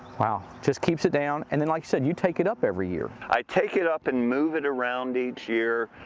wow. just keeps it down and then like you said, you take it up every year. i take it up and move it around each year.